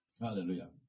Hallelujah